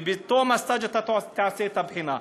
ובתום הסטאז' אתה תעשה את הבחינה.